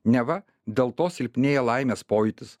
neva dėl to silpnėja laimės pojūtis